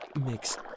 mixed